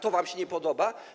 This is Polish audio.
To wam się nie podoba?